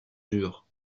dur